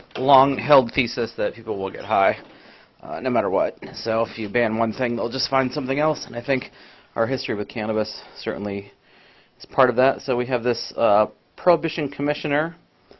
long held thesis that people will get high no matter what. so if you've ban one thing, they'll just find something else. and i think our history with cannabis certainly is part of that. so we have this prohibition commissioner.